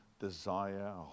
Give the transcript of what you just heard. desire